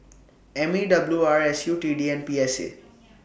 M E W R S U T D and P S A